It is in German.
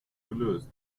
gelöst